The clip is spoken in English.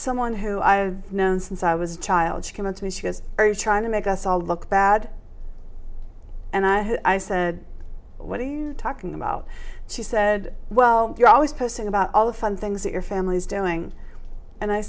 someone who i have known since i was a child came up to me she was very trying to make us all look bad and i said what are you talking about she said well you're always posting about all the fun things that your family is doing and i